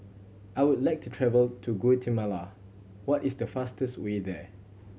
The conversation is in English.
I would like to travel to Guatemala what is the fastest way there